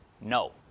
No